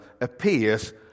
appears